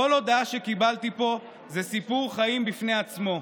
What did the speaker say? כל הודעה שקיבלתי פה זה סיפור חיים בפני עצמו: